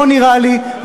לא נראה לי.